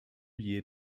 year